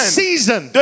season